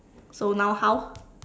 so now how